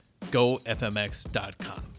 GoFMX.com